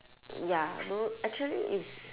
ya though actually it's